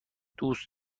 دوست